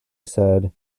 said